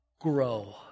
grow